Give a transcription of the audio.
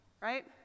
Right